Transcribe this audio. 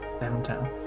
downtown